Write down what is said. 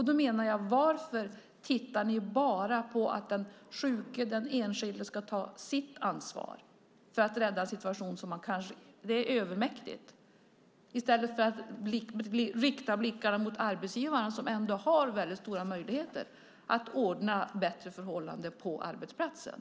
Då undrar jag varför ni bara tycker att den sjuke enskilde ska ta sitt ansvar för att rädda en situation som kanske är övermäktig i stället för att rikta blickarna mot arbetsgivarna som ändå har väldigt stora möjligheter att ordna bättre förhållanden på arbetsplatsen.